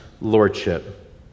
Lordship